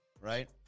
right